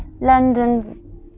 London